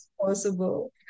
possible